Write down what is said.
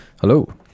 Hello